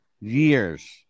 years